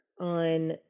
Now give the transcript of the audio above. on